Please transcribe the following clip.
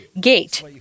gate